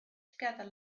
together